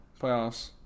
playoffs